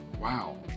wow